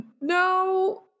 no